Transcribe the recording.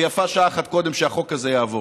ויפה שעה אחת קודם שהחוק הזה יעבור.